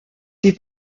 die